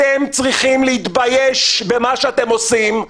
אתם צריכים להתבייש במה שאתם עושים.